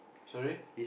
sorry